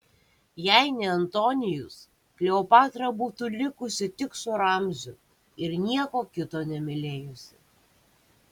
jei ne antonijus kleopatra būtų likusi tik su ramziu ir nieko kito nemylėjusi